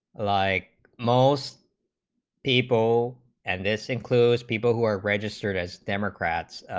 like most people and this includes people were registered as democrats,